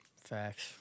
Facts